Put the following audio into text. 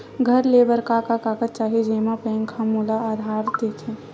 घर ले बर का का कागज चाही जेम मा बैंक हा मोला उधारी दे दय?